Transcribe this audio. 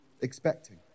expecting